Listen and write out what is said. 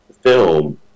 Film